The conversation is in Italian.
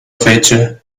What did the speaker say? fece